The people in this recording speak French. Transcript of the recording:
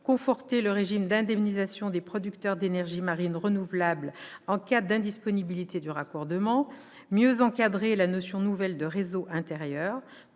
conforter le régime d'indemnisation des producteurs d'énergies marines renouvelables en cas d'indisponibilité du raccordement, mieux encadrer la notion nouvelle de réseaux intérieurs,